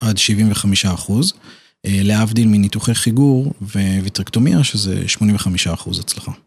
עד 75% להבדיל מניתוחי חיגור וויטרקטומיה שזה 85% הצלחה.